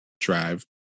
drive